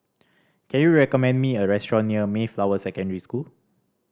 can you recommend me a restaurant near Mayflower Secondary School